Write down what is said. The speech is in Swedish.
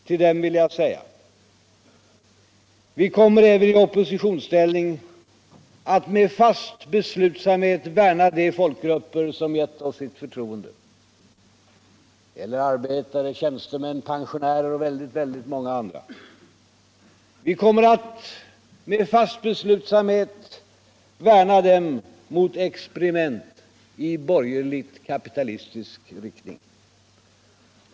Till dem vill jag säga: Vi kommer iäven iI oppositionsställning att med fast beslutsamhet värna de folkgrupper som gett oss sitt förtroende — det gäller arbetare, tjänstemän. pensionärer och väldigt många andra — mot experiment i borgerhigt kapitalistisk riktning.